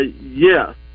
Yes